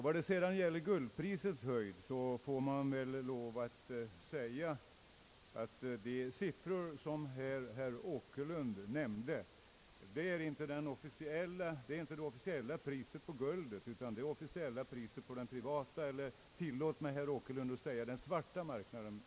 Vad gäller guldprisets höjd måste jag säga att de siffror herr Åkerlund nämnde inte är det officiella priset på guld, utan det är det officiella priset på den privata eller tillåt mig, herr Åkerlund, att säga den svarta marknaden.